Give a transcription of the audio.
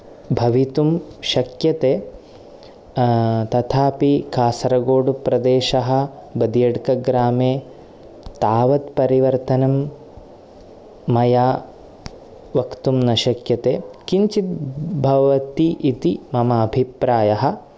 भवितुं शक्यते तथापि कासर्गोडु प्रदेशः बदियड्कग्रामे तावत् परिवर्तनं मया वक्तुं न शक्यते किञ्चित् भवति इति मम अभिप्रायः